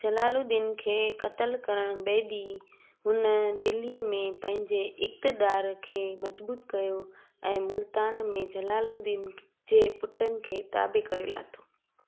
ज़लालुद्दीन खे क़त्लु करणु बैदि हुन दिल्ली में पंहिंजे इक़्तदारु खे मज़बूत कयो ऐं मुल्तान में ज़लालुद्दीन जे पुटनि खे ताबे करे लाथो